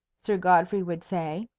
sir godfrey would say.